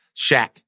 Shaq